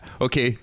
Okay